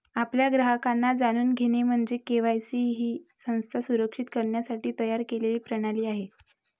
आपल्या ग्राहकांना जाणून घेणे म्हणजे के.वाय.सी ही संस्था सुरक्षित करण्यासाठी तयार केलेली प्रणाली आहे